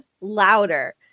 louder